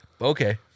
Okay